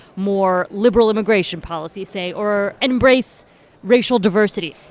more liberal immigration policy, say, or embrace racial diversity.